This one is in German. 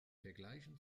vergleichen